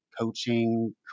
coaching